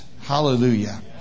Hallelujah